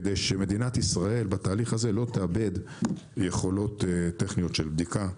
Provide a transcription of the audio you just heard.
כדי שמדינת ישראל בתהליך הזה לא תאבד יכולות טכניות של בדיקה,